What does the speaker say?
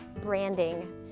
branding